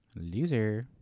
Loser